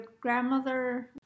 grandmother